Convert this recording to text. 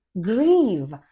grieve